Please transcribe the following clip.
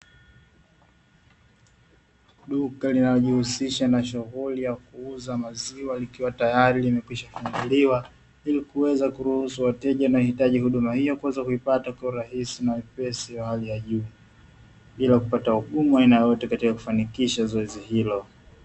Duka linalojihusisha na shughuli ya kuuza maziwa likiwa tayari limekwisha funguliwa, ili kuweza kuruhusu wateja wanaohitaji huduma hiyo kuweza kuipata kwa urahisi na wepesi wa hali ya juu, bila kupata ugumu wa aina yoyote katika kufanikisha zoezi hilo.